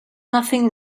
nothing